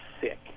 sick